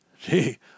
Gee